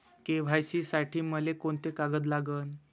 KYC साठी मले कोंते कागद लागन?